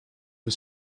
was